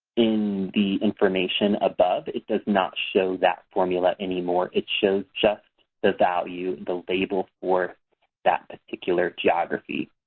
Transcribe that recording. in the information above it does not show that formula anymore. it shows just the value, the label for that particular geography.